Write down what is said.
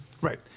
Right